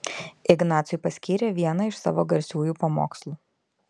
ignacui paskyrė vieną iš savo garsiųjų pamokslų